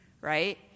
right